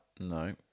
No